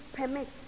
permit